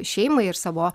šeimai ir savo